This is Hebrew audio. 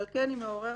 ועל כן היא מעוררת